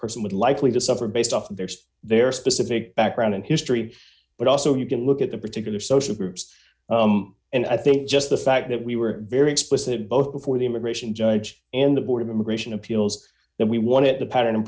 person would likely to suffer based off the backs their specific background and history but also you can look at the particular social groups and i think just the fact that we were very explicit both before the immigration judge and the board of immigration appeals that we wanted the pattern and